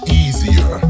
easier